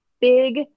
big